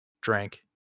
drank